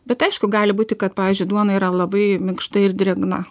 bet aišku gali būti kad pavyzdžiui duona yra labai minkšta ir drėgna